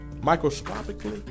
Microscopically